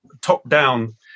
top-down